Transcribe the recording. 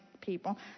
people